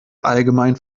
allgemein